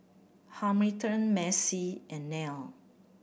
Hamilton Macey and Nell